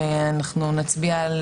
ואנחנו נצביע,